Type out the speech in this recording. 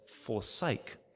forsake